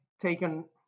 taken